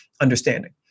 understanding